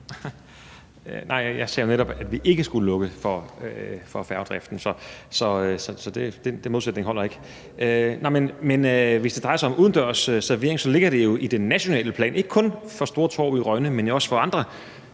jeg sagde jo netop, at vi ikke skulle lukke for færgedriften, så den modsætning holder ikke. Men hvis det drejer sig om udendørs servering, ligger det jo i den nationale plan, ikke kun for Store Torv i Rønne, men også for andre